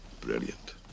brilliant